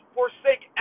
forsake